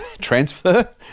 transfer